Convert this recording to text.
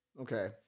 Okay